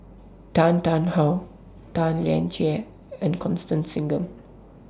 Tan Tarn How Tan Lian Chye and Constance Singam